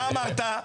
מה אמרת?